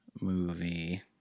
movie